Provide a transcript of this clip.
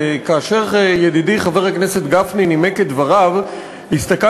כאשר ידידי חבר הכנסת גפני נימק את דבריו הסתכלתי